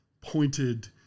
pointed